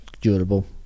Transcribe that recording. durable